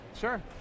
Sure